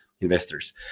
investors